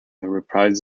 reprised